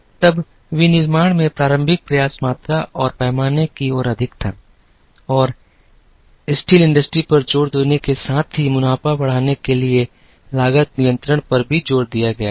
तब विनिर्माण में प्रारंभिक प्रयास मात्रा और पैमाने की ओर अधिक था और इस्पात उद्योग पर जोर देने के साथ ही मुनाफा बढ़ाने के लिए लागत नियंत्रण पर भी जोर दिया गया था